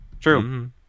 true